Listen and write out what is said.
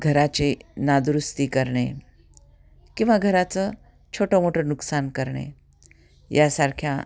घराची नादुरुस्ती करणे किंवा घराचं छोटं मोठं नुकसान करणे यासारख्या